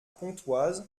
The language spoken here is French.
pontoise